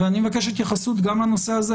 ואני מבקש התייחסות גם לנושא הזה,